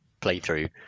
playthrough